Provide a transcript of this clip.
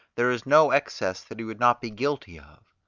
there is no excess that he would not be guilty of.